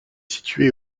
située